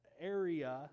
area